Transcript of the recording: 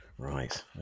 Right